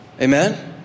Amen